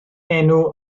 enw